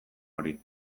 hori